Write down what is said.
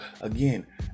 again